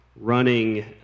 running